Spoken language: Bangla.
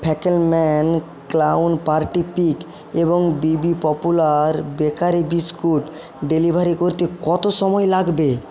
ফ্যাকেলম্যান ক্লাউন পার্টি পিক এবং BB popular bakery biscuit delivery করতে কত সময় লাগবে